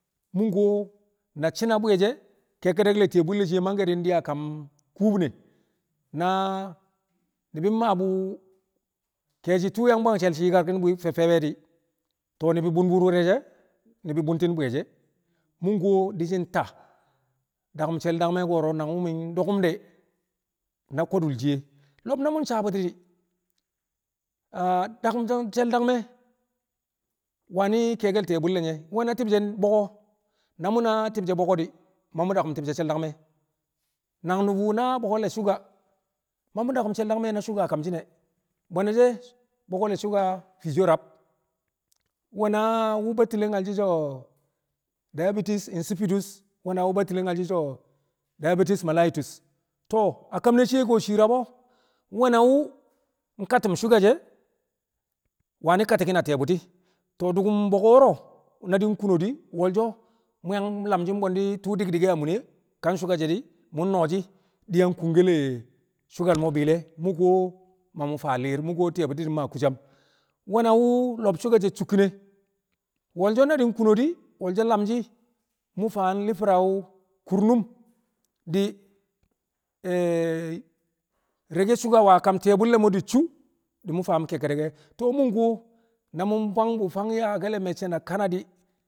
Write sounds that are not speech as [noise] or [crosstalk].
Mu̱ kuwo na shi̱ na bwi̱ye̱ she̱ kekkedek le̱ ti̱ye̱ bu̱lle̱ shiye mangke di̱ ndi a kam ne̱ kubine na ni̱bi̱ mmaa bu̱ ke̱e̱shi̱ tu̱u̱ yang bwang she̱l yi̱karki̱n fe̱ffe di̱ to̱o̱ ni̱bi̱ bun bu wu̱re̱ she̱, ni̱bi̱ buntin bwi̱ye̱ she̱. Mu̱ kuwoo di̱ shi̱ ta daku̱m she̱l dangme̱ ko̱ro̱ nangwu̱ mi̱ dokum de̱ na ko̱du̱l shiye. Lo̱b na mu̱n sabu̱ti̱ di̱ a dakum she̱l dangme̱ wani̱ kiyekel ti̱ye̱ bu̱lle̱ nye̱, we̱na ke̱e̱shi̱ boko na mu̱na ti̱bshe̱ boko di̱ ma mu̱ daku̱m ti̱bshe̱ she̱l dangme̱ nang nu̱bu̱ na boko le̱ sugar ma mu̱ daku̱m she̱l dangme̱ na sugar a kam shi̱ e̱ boneshe̱ boko sugar fiiso rab; we̱na wu̱ Battile nyal shi̱ so̱ diabetes insipidus, we̱na wu̱ Battile nyal shi̱ so̱ diabetes millites. To̱o̱ a kam ne̱ shiye shii rab ko̱ we̱na wu̱ nkati̱ sugar she, wani̱ kati̱ki̱n a ti̱ye̱ bu̱ti̱ to̱o̱ dukum boko wo̱ro̱ na di̱ kuno di wolsho mu̱ yang lam shi̱ bwe̱ndi̱ tu̱u̱ dik- dik e̱ a mun e̱ kaa sugar she̱ di̱ mu̱ noo shi̱ di̱ yang kunkel le̱ sugar mo̱ bi̱i̱le̱ mu̱ kuwo ma mu̱ faa li̱i̱r mu̱ kuwo ti̱ye̱ bu̱ti̱ di̱ ma kusam. We̱na wu̱ lo̱b sugar she̱ cukkin ne̱ wolsho na di̱ kuno di̱ wolsho lamshi̱ mu̱ faa nli̱fara wu̱ kurnum di̱ [hesitation] reke sugar wu̱ a kam ti̱y̱e̱ bu̱lle̱ mo̱ di̱ cu di̱ mu̱ faam kekkedek e̱, to̱o̱ na mu̱ bwang bu̱ fang yaakel me̱ccẹ na kana di̱.